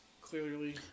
Clearly